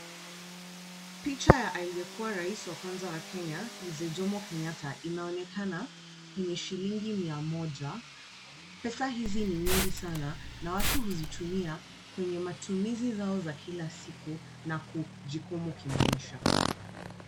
Picha ya aliyekuwa rais wa kwanza wa Kenya mzee Jomo Kenyatta inaonekana kwenye shilingi mia moja. Pesa hizi ni nyingi sana na watu huzitumia kwenye matumizi zao za kila siku na kujikimu kimaisha.